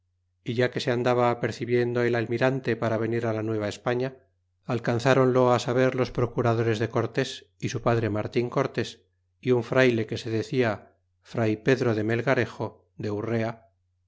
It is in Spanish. é ya que se andaba apercibiendo el almirante para venir la nueva españa alcanzáronlo saber los procuradores de cortés y su padre martin cortés y un frayle que se decia fray pedro melgarejo de urrea